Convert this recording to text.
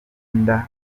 imyenda